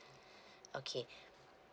okay